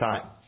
time